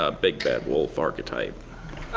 ah big bad wolf archetype.